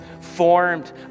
formed